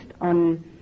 on